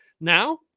Now